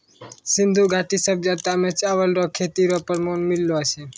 सिन्धु घाटी सभ्यता मे चावल रो खेती रो प्रमाण मिललो छै